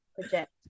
project